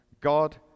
God